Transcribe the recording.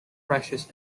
precious